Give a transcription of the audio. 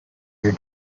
your